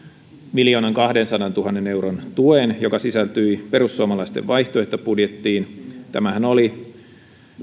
miljoonankahdensadantuhannen euron tuen joka sisältyi perussuomalaisten vaihtoehtobudjettiin tämähän oli